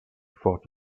fought